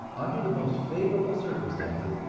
under the most favorable circumstances,